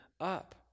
up